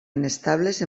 inestables